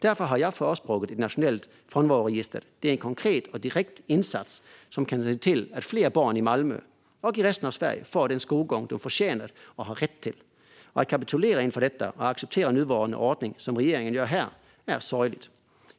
Därför har jag förespråkat ett nationellt frånvaroregister. Det är en konkret och direkt insats som gör att vi kan se till att fler barn i Malmö och i resten av Sverige får den skolgång de förtjänar och har rätt till. Att kapitulera inför detta och acceptera nuvarande ordning, som regeringen gör här, är sorgligt.